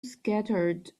scattered